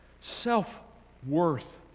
self-worth